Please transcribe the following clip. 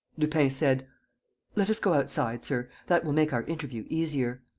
lupin said let us go outside, sir. that will make our interview easier.